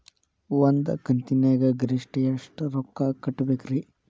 ಒಂದ್ ಕಂತಿನ್ಯಾಗ ಗರಿಷ್ಠ ಎಷ್ಟ ರೊಕ್ಕ ಕಟ್ಟಬೇಕ್ರಿ?